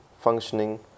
functioning